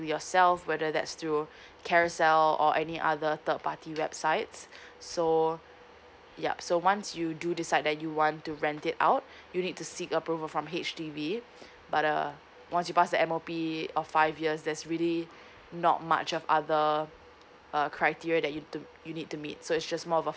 yourself whether that's through carousel or any other third party websites so yup so once you do decide that you want to rent it out you need to seek approval from H_D_B but uh once you pass the M_O_P of five years there's really not much of other uh criteria that you need to you need to meet so it's just more